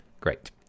Great